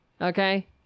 okay